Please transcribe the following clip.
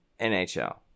NHL